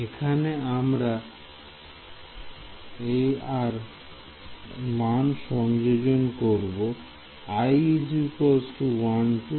এখানে আমরা আই এর মান সংযোজন করব i 1 2